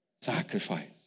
sacrifice